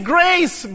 Grace